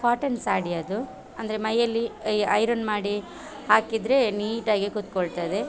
cotton sari ಅದು ಅಂದರೆ ಮೈಯಲ್ಲಿ ಐರನ್ ಮಾಡಿ ಹಾಕಿದರೆ ನೀಟಾಗಿ ಕೂತ್ಕೊಳ್ತದೆ